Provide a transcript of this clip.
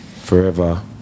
Forever